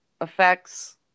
effects